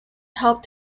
helped